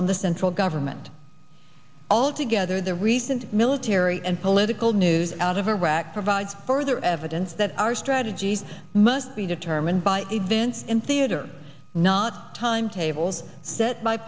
on the central government altogether the recent military and political news out of iraq provides further evidence that our strategy must be determined by events in theater not timetables set